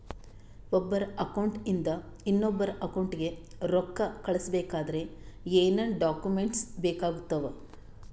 ಒಬ್ಬರ ಅಕೌಂಟ್ ಇಂದ ಇನ್ನೊಬ್ಬರ ಅಕೌಂಟಿಗೆ ರೊಕ್ಕ ಕಳಿಸಬೇಕಾದ್ರೆ ಏನೇನ್ ಡಾಕ್ಯೂಮೆಂಟ್ಸ್ ಬೇಕಾಗುತ್ತಾವ?